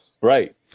Right